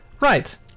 right